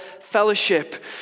fellowship